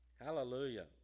hallelujah